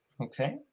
Okay